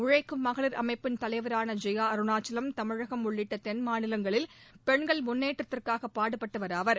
உழைக்கும் மகளிர் அமைப்பின் தலைவரான ஜெயா அருணாச்சலம் தமிழகம் உள்ளிட்ட தென் மாநிலங்களில் பெண்கள் முன்னேற்றத்திற்காக பாடுபட்டவர் ஆவார்